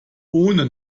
ohne